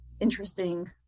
interesting